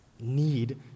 need